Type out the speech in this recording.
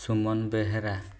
Suman Behera